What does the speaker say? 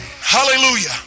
Hallelujah